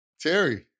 Terry